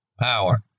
power